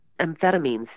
amphetamines